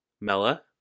Mella